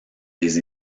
des